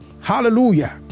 Hallelujah